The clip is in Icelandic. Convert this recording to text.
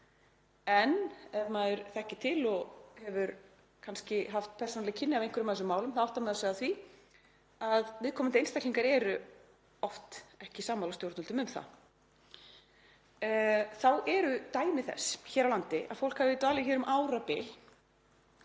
en ef maður þekkir til, og hefur kannski haft persónuleg kynni af einhverjum af þessum málum, áttar maður sig á því að viðkomandi einstaklingar eru oft ekki sammála stjórnvöldum um það. Þá eru dæmi þess hér á landi að fólk hafi dvalið hér um árabil